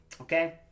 okay